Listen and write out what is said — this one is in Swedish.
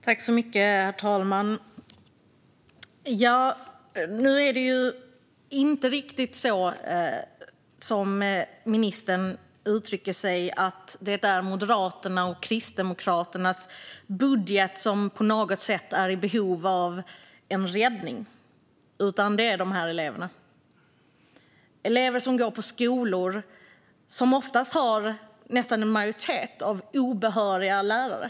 Herr talman! Nu är det inte riktigt på det sätt som ministern uttrycker, att det är Moderaternas och Kristdemokraternas budget som på något sätt är i behov av räddning. Det är de här eleverna som är det. Det är elever som går på skolor som oftast har nästan en majoritet obehöriga lärare.